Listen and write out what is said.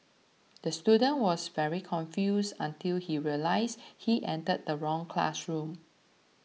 the student was very confused until he realised he entered the wrong classroom